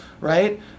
right